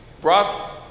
brought